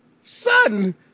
Son